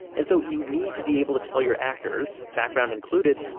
and so you need to be able to tell your actors, background included,